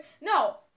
No